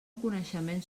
coneixements